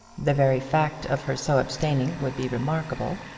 the very fact of her so abstaining would be remarkable.